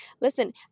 Listen